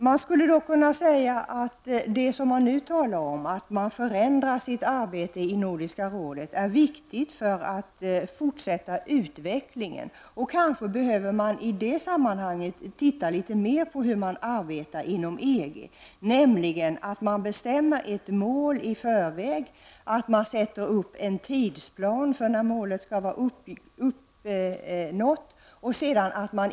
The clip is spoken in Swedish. Man skulle då kunna säga att en förändring av arbetet i Nordiska rådet är viktig för en fortsättning av utvecklingen. Kanske behöver man i det sammanhanget också studera litet mer hur arbetet i EG går till. Där bestämmer man nämligen i förväg ett mål och sätter upp en tidsplan för när målet skall vara uppnått.